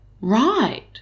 Right